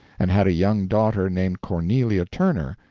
and had a young daughter named cornelia turner,